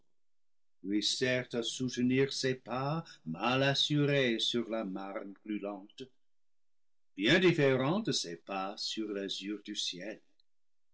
sert à soutenir ses pas mal assurés sur la marne brûlante bien différents de ces pas sur l'azur du ciel